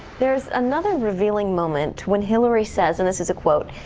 there is another revealing moment when hillary says, and this is a quote,